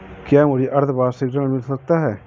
क्या मुझे अर्धवार्षिक ऋण मिल सकता है?